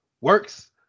works